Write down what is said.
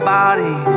body